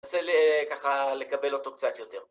ננסה ככה לקבל אותו קצת יותר.